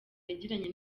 yagiranye